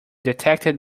detected